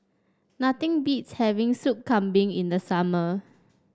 nothing beats having Sup Kambing in the summer